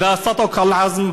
אם ההחלטה איתנה,